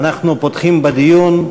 אנחנו פותחים בדיון.